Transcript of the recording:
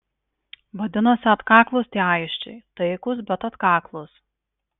vadinasi atkaklūs tie aisčiai taikūs bet atkaklūs